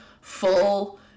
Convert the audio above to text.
full